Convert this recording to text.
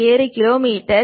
7 kilometre